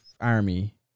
army